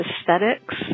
aesthetics